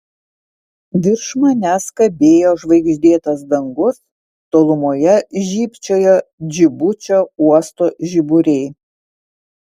virš manęs kabėjo žvaigždėtas dangus tolumoje žybčiojo džibučio uosto žiburiai